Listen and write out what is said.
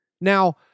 Now